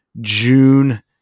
June